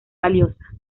valiosa